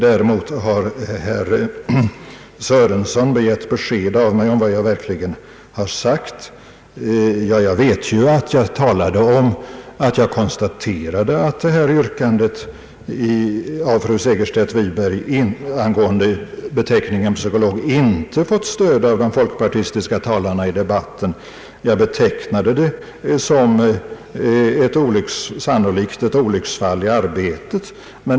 Däremot har herr Sörenson begärt besked av mig om vad jag verkligen har sagt. Jag vet att jag konstaterade att yrkandet av fru Segerstedt Wiberg angående beteckningen psykolog inte fått stöd av de folkpartistiska talarna i debatten. Jag betecknade det som sannolikt ett olycksfall i arbetet.